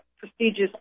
prestigious